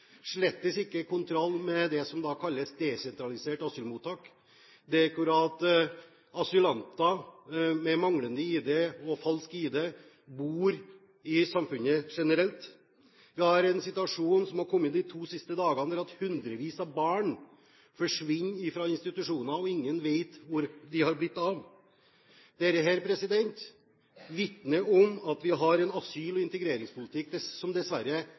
ikke kontroll med det som kalles desentraliserte asylmottak, der asylanter med manglende ID eller falsk ID bor i samfunnet generelt. Vi har en situasjon som har oppstått de to siste dagene, der hundrevis av barn forsvinner fra institusjoner, og ingen vet hvor de er blitt av. Dette vitner om at vi har en asyl- og integreringspolitikk som dessverre